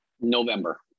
November